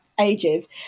ages